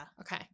Okay